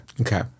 Okay